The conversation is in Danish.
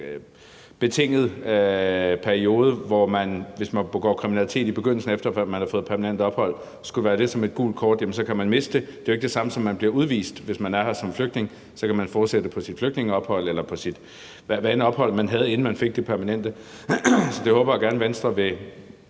betinget periode, hvor det, hvis man begår kriminalitet i begyndelsen, efter at man har fået permanent ophold, skulle være ligesom et gult kort, og så kan man miste det. Det er jo ikke det samme, som at man bliver udvist; hvis man er her som flygtning, kan man fortsætte på sit flygtningeophold eller hvad end ophold, man havde, inden man fik det permanente. Så det håber jeg at Venstre ikke